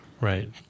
Right